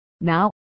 Now